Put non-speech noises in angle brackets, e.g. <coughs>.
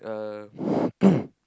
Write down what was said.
uh <coughs>